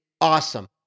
awesome